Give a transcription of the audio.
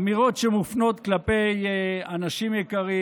אמירות שמופנות כלפי אנשים יקרים.